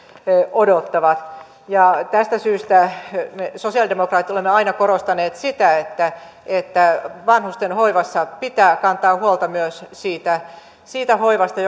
odottavat tästä syystä me sosialidemokraatit olemme aina korostaneet sitä että että vanhustenhoivassa pitää kantaa huolta myös siitä siitä hoivasta